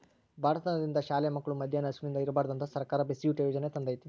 ಬಡತನದಿಂದ ಶಾಲೆ ಮಕ್ಳು ಮದ್ಯಾನ ಹಸಿವಿಂದ ಇರ್ಬಾರ್ದಂತ ಸರ್ಕಾರ ಬಿಸಿಯೂಟ ಯಾಜನೆ ತಂದೇತಿ